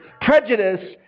prejudice